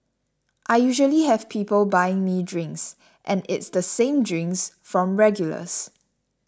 I usually have people buying me drinks and it's the same drinks from regulars